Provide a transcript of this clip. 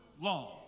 long